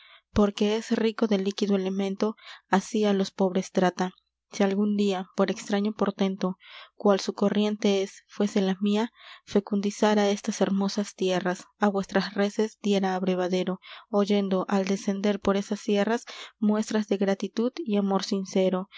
e es rico de líquido elemento así á los pobres trata si algún día por extraño portento cual su corriente es fuese la m í a fecundizara estas hermosas tierras á vuestras reses diera abrevadero oyendo al descender por esas sierras muestras de gratitud y amor sincero